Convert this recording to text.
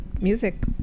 music